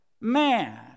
man